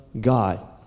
God